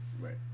Right